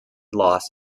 loss